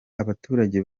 abaturage